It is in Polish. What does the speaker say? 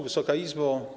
Wysoka Izbo!